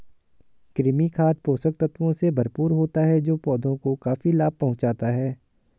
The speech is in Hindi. कृमि खाद पोषक तत्वों से भरपूर होता है जो पौधों को काफी लाभ पहुँचाता है